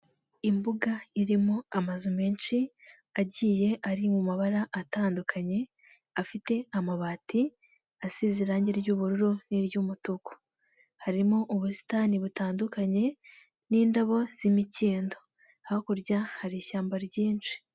Imbuga irimo amazu menshi agiye ari mu mabara atandukanye, afite amabati asize irangi ry'ubururu n'iry'umutuku, harimo ubusitani butandukanye n'indabo z'imikindo, hakurya hari ishyamba ryinshi.